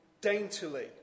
daintily